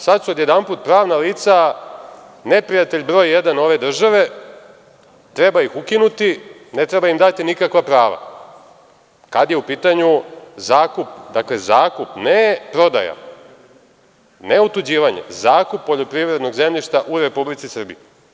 Sad su odjedanput pravna lica neprijatelj broj jedan ove države, treba ih ukinuti, ne treba im dati nikakva prava, kada je u pitanju zakup, dakle zakup, ne prodaja, ne otuđivanje, zakup poljoprivrednog zemljišta u Republici Srbiji.